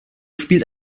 spielt